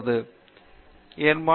பேராசிரியர் பிரதாப் ஹரிதாஸ் சரி